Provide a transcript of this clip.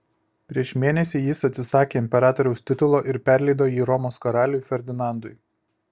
prieš mėnesį jis atsisakė imperatoriaus titulo ir perleido jį romos karaliui ferdinandui